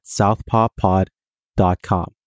southpawpod.com